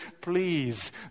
please